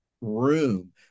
room